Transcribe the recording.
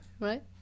Right